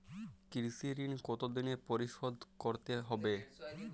কৃষি ঋণ কতোদিনে পরিশোধ করতে হবে?